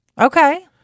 Okay